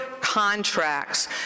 contracts